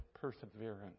perseverance